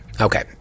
Okay